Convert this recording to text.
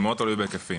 זה מאוד תלוי בהיקפים,